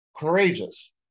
Courageous